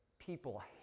People